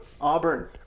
Auburn